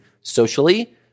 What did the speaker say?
socially